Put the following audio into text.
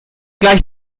gleich